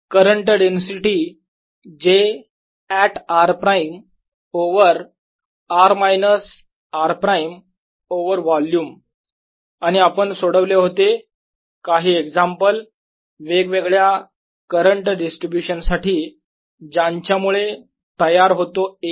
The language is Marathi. current density j at r prime over r minus r prime over volume आणि आपण सोडवले होते काही एक्झाम्पल वेगवेगळ्या करंट डिस्ट्रीब्यूशन साठी ज्यांच्यामुळे तयार होतो A